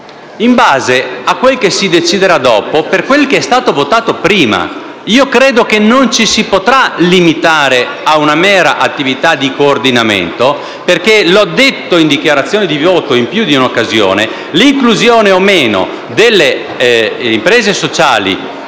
in base a quel che si deciderà dopo per quel che è stato votato prima. Credo che non ci si potrà limitare ad una mera attività di coordinamento perché, l'ho detto in dichiarazione di voto in più di un'occasione, l'inclusione o meno delle imprese sociali